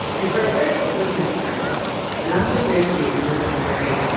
and for a very particular kind of person and i'm going to grant you it is a very,